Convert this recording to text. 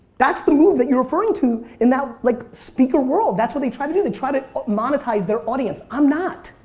that's the move you're referring to in that like speaker world. that's what they try to do. they try to monetize their audience, i'm not.